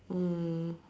mm